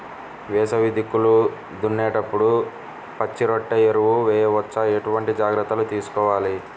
వేసవి దుక్కులు దున్నేప్పుడు పచ్చిరొట్ట ఎరువు వేయవచ్చా? ఎటువంటి జాగ్రత్తలు తీసుకోవాలి?